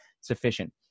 sufficient